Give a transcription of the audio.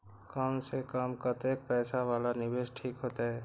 कम से कम कतेक पैसा वाला निवेश ठीक होते?